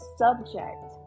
subject